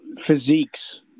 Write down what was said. physiques